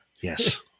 yes